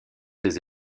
des